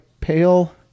pale